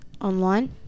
online